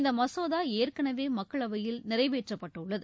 இந்த மசோதா ஏற்கனவே மக்களவையில் நிறைவேற்றப்பட்டுள்ளது